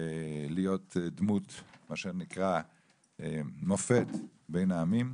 ולהיות דמות מה שנקרא מופת בין העמים,